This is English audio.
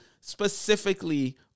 specifically